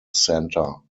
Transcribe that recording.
center